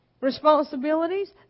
responsibilities